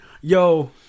yo